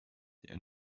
der